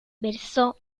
versó